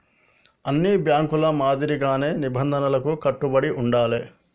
అన్ని బ్యేంకుల మాదిరిగానే నిబంధనలకు కట్టుబడి ఉండాలే